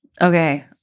okay